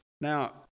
now